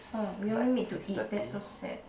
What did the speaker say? oh we only meet to eat that's so sad